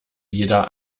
jeder